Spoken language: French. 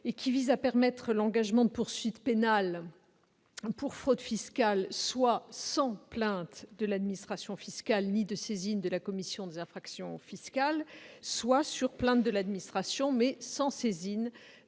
qui vise à autoriser l'engagement de poursuites pénales pour fraude fiscale, soit sans plainte de l'administration fiscale ni saisine de la commission des infractions fiscales, soit sur plainte de l'administration mais sans saisine